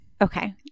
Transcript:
Okay